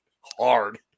Hard